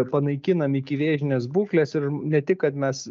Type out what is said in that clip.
panaikinam ikivėžinės būklės ir ne tik kad mes